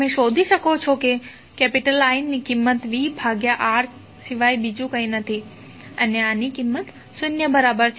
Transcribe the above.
તમે શોધી શકો છો કે I ની કિંમત vR સિવાય બીજું કંઈ નથી અને આની કિંમત શૂન્ય બરાબર છે